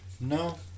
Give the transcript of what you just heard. No